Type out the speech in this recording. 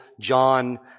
John